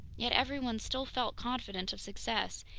yet everyone still felt confident of success,